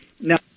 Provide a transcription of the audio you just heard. Now